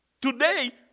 Today